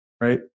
right